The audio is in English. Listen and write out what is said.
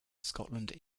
scotland